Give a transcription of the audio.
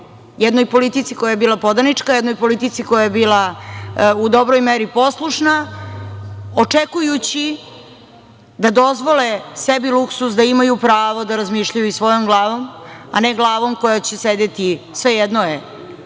jednoj politici koja je bila podanička, jednoj politici koja je bila u dobroj meri poslušna, očekujući da dozvole sebi luksuz da imaju pravo da razmišljaju i svojom glavom, a ne glavom koja će sedeti svejedno je